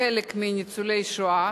לחלק מניצולי השואה,